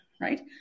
right